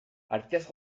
arteaz